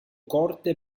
corte